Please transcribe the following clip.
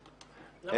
נגד.